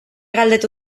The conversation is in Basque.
galdetu